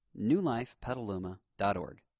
newlifepetaluma.org